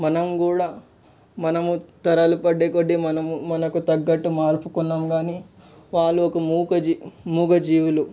మనం కూడా మనము తరాలు పడేకొద్దీ మనము మనకు తగ్గట్టు మార్చుకొన్నాం కాని వాళ్ళు ఒక మూగజీ మూగజీవిలు